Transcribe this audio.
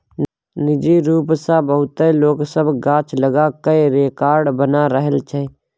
निजी रूप सँ बहुते लोक सब गाछ लगा कय रेकार्ड बना रहल छै